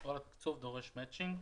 כל התקצוב דורש מצ'ינג.